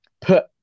put